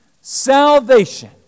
Salvation